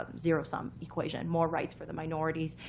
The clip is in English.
um zero sum equation. more rights for the minorities.